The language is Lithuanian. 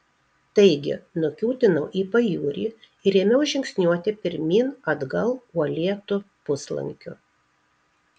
taigi nukiūtinau į pajūrį ir ėmiau žingsniuoti pirmyn atgal uolėtu puslankiu